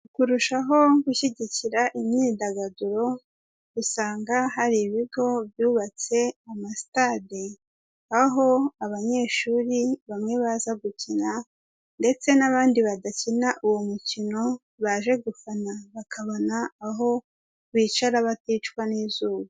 Kurushaho gushyigikira imyidagaduro, usanga hari ibigo byubatse amasitade aho abanyeshuri bamwe baza gukina ndetse n'abandi badakina uwo mukino baje gufana bakabona aho bicara baticwa n'izuba.